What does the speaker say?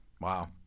Wow